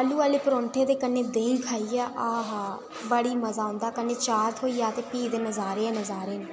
आलू आह्ली परोंठी ते कन्नै देही खाइयै आहा बड़ा मजा औंदा ते कन्नै चार थ्होई जा ते फ्ही ते नजारे गै नजारे न